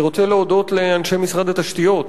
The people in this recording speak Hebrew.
אני רוצה להודות לאנשי משרד התשתיות